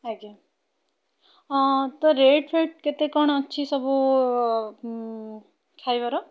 ଆଜ୍ଞା ହଁ ତ ରେଟ୍ଫେଟ୍ କେତେ କଣ ଅଛି ସବୁ ଖାଇବାର